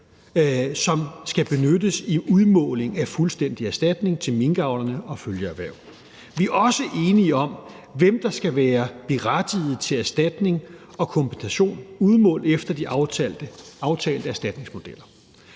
som skal benyttes i udmåling af fuldstændig erstatning til minkavlerne og følgeerhvervene. Vi er også enige om, hvem der skal være berettiget til erstatning og kompensation udmålt efter de aftalte erstatningsmodeller.